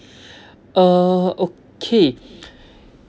uh okay